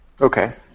Okay